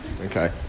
Okay